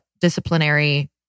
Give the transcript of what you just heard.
disciplinary